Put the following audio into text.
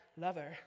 lover